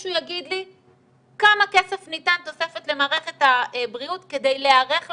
שמישהו יגיד לי כמה כסף ניתן תוספת למערכת הבריאות כדי להיערך לחורף,